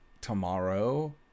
tomorrow